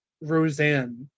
Roseanne